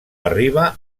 arriba